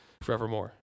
forevermore